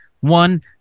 one